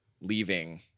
leaving